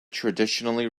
traditionally